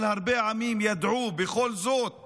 אבל הרבה עמים ידעו בכל זאת